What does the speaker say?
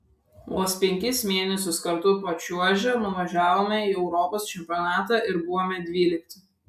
vos penkis mėnesius kartu pačiuožę nuvažiavome į europos čempionatą ir buvome dvylikti